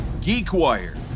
Geekwire